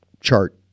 chart